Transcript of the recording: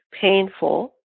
painful